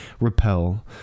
repel